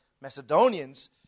Macedonians